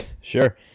Sure